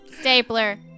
Stapler